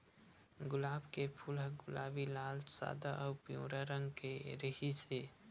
गुलाब के फूल ह गुलाबी, लाल, सादा अउ पिंवरा रंग के रिहिस हे